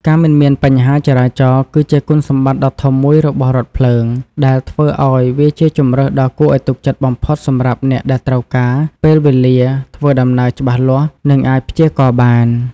ការមិនមានបញ្ហាចរាចរណ៍ គឺជាគុណសម្បត្តិដ៏ធំមួយរបស់រថភ្លើង ដែលធ្វើឱ្យវាជាជម្រើសដ៏គួរឱ្យទុកចិត្តបំផុតសម្រាប់អ្នកដែលត្រូវការពេលវេលាធ្វើដំណើរច្បាស់លាស់ និងអាចព្យាករណ៍បាន។